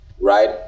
right